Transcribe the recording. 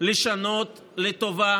לשנות לטובה